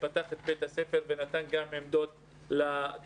פתח את בית הספר ונתן גם עמדות לתלמידים.